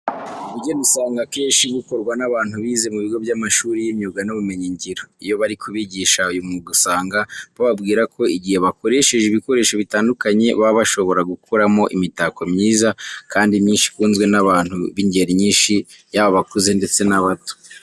Ubugeni usanga akenshi bukorwa n'abantu bize mu bigo by'amashuri y'imyuga n'ubumenyingiro. Iyo bari kubigisha uyu mwuga usanga bababwira ko igihe bakoresheje ibikoresho bitandukanye baba bashobora gukuramo imitako myiza kandi myinshi ikunzwe n'abantu b'ingeri nyinshi yaba abakuze ndetse n'abato.